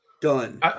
done